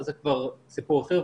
זה כבר סיפור אחר.